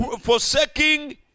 Forsaking